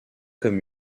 comme